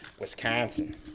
Wisconsin